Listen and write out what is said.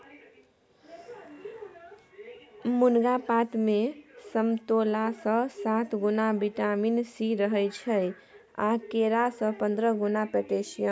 मुनगा पातमे समतोलासँ सात गुणा बिटामिन सी रहय छै आ केरा सँ पंद्रह गुणा पोटेशियम